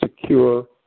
secure